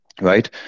Right